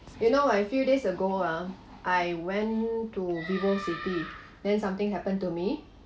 you know uh few days ago ah I went to vivocity then something happen to me